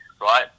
right